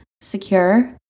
Secure